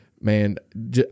man